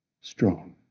strong